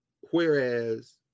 whereas